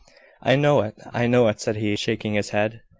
i know it, i know it, said he, shaking his head.